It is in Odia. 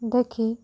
ଦେଖି